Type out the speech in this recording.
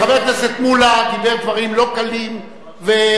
חבר הכנסת מולה דיבר דברים לא קלים ולא